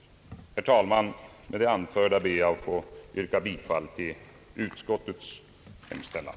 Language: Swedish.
Herr talman! Med det anförda ber jag att få yrka bifall till utskottets hemställan.